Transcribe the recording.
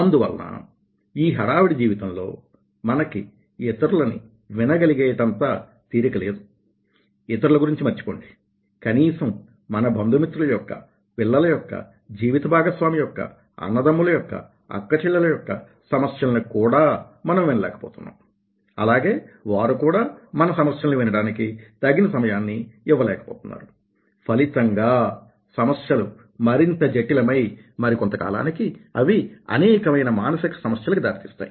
అందువలన ఈ హడావిడి జీవితంలో మనకి ఇతరులని వినగలిగేటంత తీరిక లేదు ఇతరుల గురించి మర్చిపోండి కనీసం మన బంధుమిత్రుల యొక్క పిల్లల యొక్క జీవిత భాగస్వామి యొక్క అన్నదమ్ముల యొక్క అక్క చెల్లెల యొక్క సమస్యలను కూడా మనం వినలేక పోతున్నాం అలాగే వారు కూడా మన సమస్యల్ని వినడానికి తగిన సమయాన్ని ఇవ్వలేకపోతున్నారు ఫలితంగా సమస్యలు మరింత జటిలమై మరికొంత కాలానికి అవి అనేకమైన మానసిక సమస్యలకి దారితీస్తాయి